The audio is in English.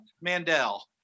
Mandel